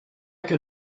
can